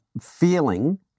feeling